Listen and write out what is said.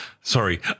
sorry